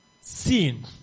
sin